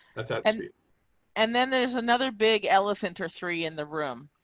i mean and then there's another big elephant or three in the room,